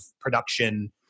production